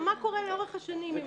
מה קורה לאורך השנים עם הסיפור הזה?